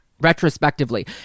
Retrospectively